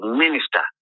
minister